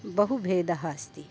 बहु भेदः अस्ति